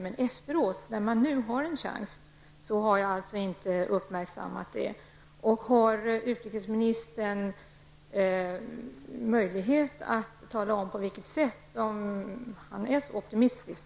Men nu efteråt när det finns en chans har jag inte kunnat se att någon har uppmärksammat saken. Har utrikesministern möjlighet att tala om varför han är så optimistisk?